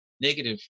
negative